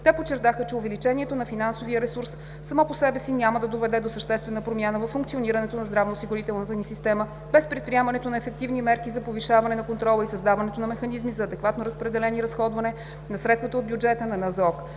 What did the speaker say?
Те подчертаха, че увеличаването на финансовия ресурс само по себе си няма да доведе до съществена промяна във функционирането на здравноосигурителната ни система без предприемането на ефективни мерки за повишаване на контрола и създаването на механизми за адекватно разпределение и разходване на средствата от бюджета на